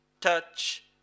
touch